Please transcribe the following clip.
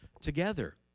together